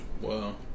Wow